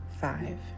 five